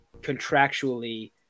contractually